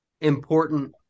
important